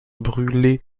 brûlés